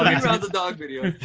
um rounds of dog videos.